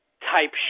type